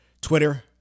Twitter